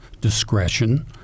discretion